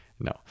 No